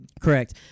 Correct